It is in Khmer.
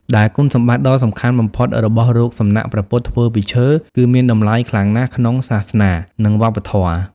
ដែលគុណសម្បត្តិដ៏សំខាន់បំផុតរបស់រូបសំណាកព្រះពុទ្ធធ្វើពីឈើ គឺមានតម្លៃខ្លាំងណាស់ក្នុងសាសនា និងវប្បធម៌។